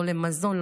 לא למזון,